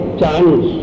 chance